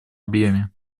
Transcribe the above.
объеме